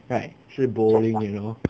right 是 bowling you know